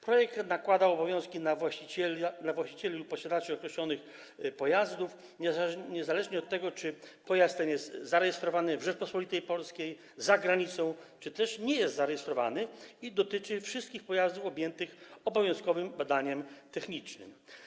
Projekt nakłada obowiązki na właścicieli lub posiadaczy określonych pojazdów, niezależnie od tego, czy pojazd ten jest zarejestrowany w Rzeczypospolitej Polskiej, za granicą, czy też nie jest zarejestrowany, i dotyczy to wszystkich pojazdów objętych obowiązkowym badaniem technicznym.